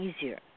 easier